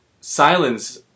silence